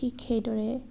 ঠিক সেইদৰে